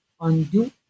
undo